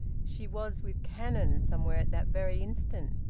she was with cannon somewhere at that very instant.